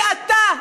כי אתה,